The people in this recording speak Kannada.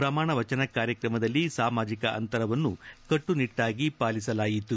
ಪ್ರಮಾಣ ವಚನ ಕಾರ್ಯಕ್ರಮದಲ್ಲಿ ಸಾಮಾಜಿಕ ಅಂತರವನ್ನು ಕಟ್ಟುನಿಟ್ಟಾಗಿ ಪಾಲಿಸಲಾಯಿತು